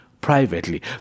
privately